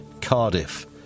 Cardiff